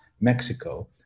Mexico